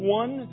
one